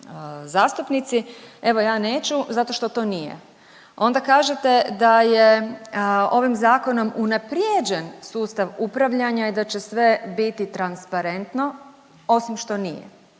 zastupnici. Evo ja neću zato što to nije. Onda kažete da je ovim zakonom unaprijeđen sustav upravljanja i da će sve biti transparentno osim što nije.